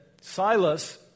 Silas